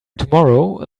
tomorrow